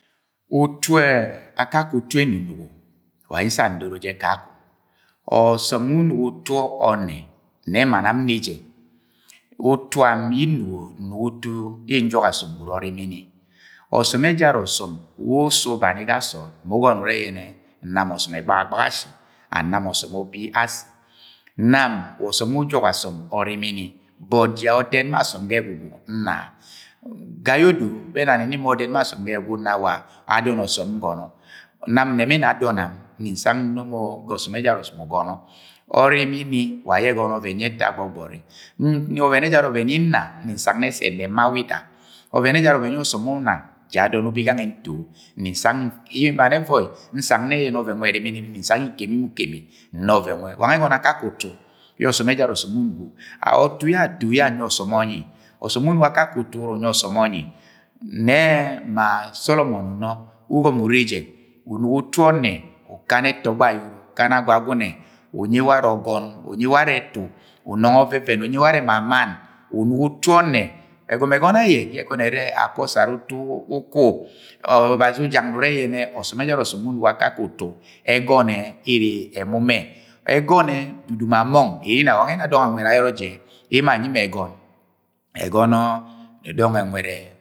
utu, ma akakẹ atu enunugo wa aye nsang ndoro je kakọng ọsọm we unugo utu ọnne nẹ ma nam nne jẹ ma utu am nni nnugo nnugo utu yẹ njọk asọm gwud orimini ọsọm ẹjara ọsọm we usẹ ubani ga sọọd mu usọnọ urẹ yẹnẹ nam ọsọm ẹgbagagbaga asi and nam ọsọm ubi asi nam wa ọsọm wẹ ujọk asọm gwud ọrimini but ja ọdẹt ma asọm egwugwu nna ga yẹ odo bẹ ẹna ni nni ama ọdẹt ma asọm ẹgwugwu nna wa adọn ọsọm ngọnọ. Nam nẹmẹni adọnam nni nsana yẹ nno mọ sẹ ọsọm ẹjara ọsọm usọnọ orimini wa ayr ẹgọnọ ọvẹn gwud ẹta gbọgbọri ọvẹn ẹjara ọvẹn yẹ nna nni nsana nnẹ sẹ ẹnẹb ma wida. Ọvẹn ẹjara ọvẹn yẹ ọsọm una, ja adọn ubi gange nto nni nsang nne, emani ẹvọi nsang nnẹ ọvẹn nwẹ ẹrimini nini nni nsang yẹ nkemi mọ ukemi nna ọvẹn nwẹ wa nwẹ ẹgọnọ akake utu yẹ ọsọm ẹjara ọsọm utu yẹ ato yẹ anyi ọsọm wẹ unu go akake utu uru unyi ọsọm ọnyi nẹ ma solomo unoh ugọmọ ure jẹ unugo utu onnẹ ukana ẹtọgbọ ayọrọ ukana Agwagune unyi ware ọgọn, unyi ware ẹtu unọng ọvẹvẹn unyi ware ma mann unugo utu ọnnẹ. Egomo ẹgọne ayek ye ẹgọno ẹrẹ ake usare utu ukwu, obazi ujak ure yẹnẹ ọsọm ẹjara ọsọm wẹ unugo akake utu, egọn ẹ ere emumẹ Ẹgọnẹ dudu ma mọng ere inang wa nwẹ ẹna ma dọna anwed ayọrọ je emo anyi mọ ẹgọn ẹgọnọ dọng nwed ẹ.